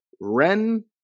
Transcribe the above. Ren